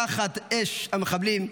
תחת אש המחבלים,